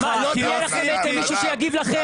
לא יהיה מישהו שיגיד לכם?